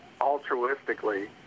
altruistically